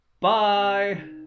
bye